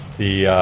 the